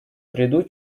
приду